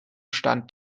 stand